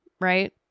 right